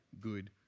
good